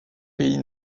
pays